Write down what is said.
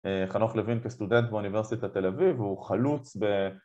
חנוך לוין כסטודנט באוניברסיטת תל אביב, הוא חלוץ ב...